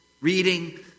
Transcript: reading